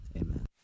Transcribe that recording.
Amen